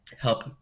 help